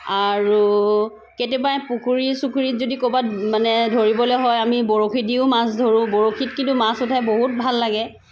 আৰু কেতিয়াবা পুখুৰী চুখুৰীত যদি ক'ৰবাত মানে ধৰিবলৈ হয় আমি বৰশী দিও মাছ ধৰো বৰশীত কিন্তু মাছ উঠাই বহুত ভাল লাগে